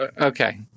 okay